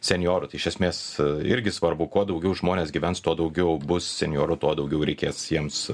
senjorų tai iš esmės irgi svarbu kuo daugiau žmonės gyvens tuo daugiau bus senjorų tuo daugiau reikės jiems